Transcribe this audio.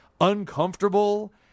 uncomfortable